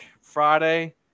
friday